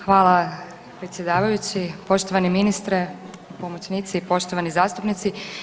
Hvala predsjedavajući, poštovani ministre, pomoćnici i poštovani zastupnici.